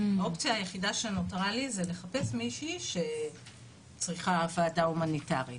האופציה היחידה שנותרה לי היא לחפש מישהי שצריכה ועדה הומניטארית,